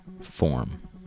form